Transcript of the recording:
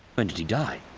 when did he die?